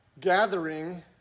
gathering